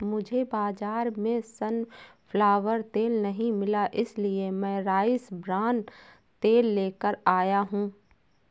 मुझे बाजार में सनफ्लावर तेल नहीं मिला इसलिए मैं राइस ब्रान तेल लेकर आया हूं